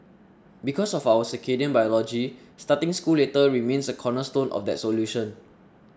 because of our circadian biology starting school later remains a cornerstone of that solution